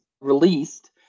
released